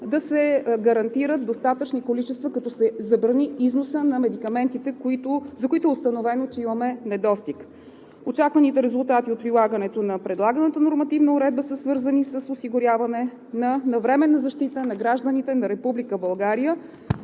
да се гарантират достатъчни количества, като се забрани износът на медикаментите, за които е установено, че имаме недостиг. Очакваните резултати от прилагането на предлаганата нормативна уредба са свързани с осигуряване на навременна защита на гражданите на